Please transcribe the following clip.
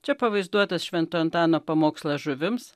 čia pavaizduotas švento antano pamokslas žuvims